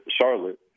Charlotte